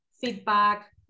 feedback